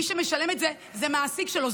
מי שמשלם את זה זה המעסיק שלו,